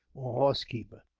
horse keeper.